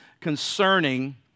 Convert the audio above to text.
concerning